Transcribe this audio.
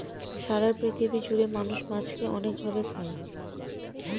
সারা পৃথিবী জুড়ে মানুষ মাছকে অনেক ভাবে খায়